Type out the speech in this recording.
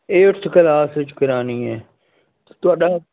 eighth class ਵਿੱਚ ਕਰਾਉਣੀ ਹੈ ਅਤੇ ਤੁਹਾਡਾ